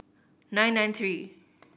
nine nine three